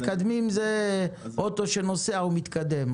אוטו שנוסע הוא מתקדם,